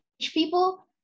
people